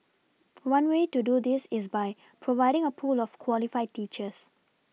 one way to do this is by providing a pool of qualified teachers